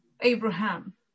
Abraham